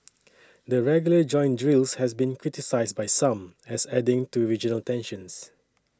the regular joint drills has been criticised by some as adding to regional tensions